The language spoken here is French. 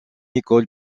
école